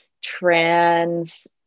trans